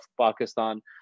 Pakistan